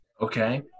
Okay